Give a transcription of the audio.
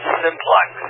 simplex